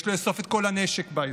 יש לאסוף את כל הנשק באזור,